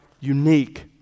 unique